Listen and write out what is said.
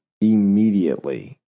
immediately